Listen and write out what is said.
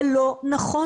זה לא נכון.